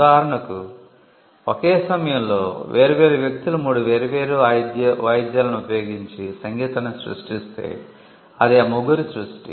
ఉదాహరణకు ఒకే సమయంలో వేర్వేరు వ్యక్తులు మూడు వేర్వేరు వాయిద్యాలను ఉపయోగించి సంగీతాన్ని సృష్టిస్తే అది ఆ ముగ్గురి సృష్టి